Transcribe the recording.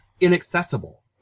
inaccessible